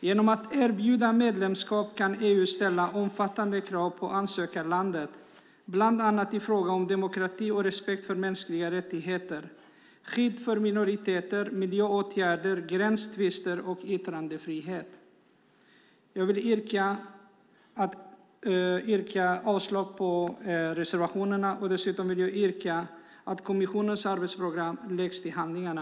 Genom att erbjuda medlemskap kan EU ställa omfattande krav på ansökarlandet, bland annat i fråga om demokrati och respekt för mänskliga rättigheter, skydd för minoriteter, miljöåtgärder, gränstvister och yttrandefrihet. Jag vill yrka avslag på reservationerna. Dessutom vill jag yrka på att kommissionens arbetsprogram läggs till handlingarna.